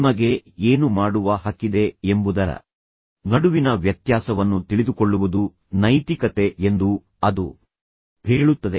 ನಿಮಗೆ ಏನು ಮಾಡುವ ಹಕ್ಕಿದೆ ಎಂಬುದರ ನಡುವಿನ ವ್ಯತ್ಯಾಸವನ್ನು ತಿಳಿದುಕೊಳ್ಳುವುದು ನೈತಿಕತೆ ಎಂದು ಅದು ಹೇಳುತ್ತದೆ